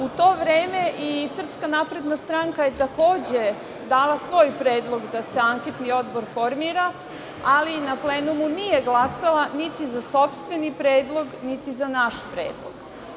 U to vreme i SNS je takođe dala svoj predlog da se anketni odbor formira ali na plenumu nije glasala niti za sopstveni predlog, niti za naš predlog.